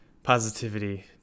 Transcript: positivity